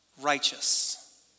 righteous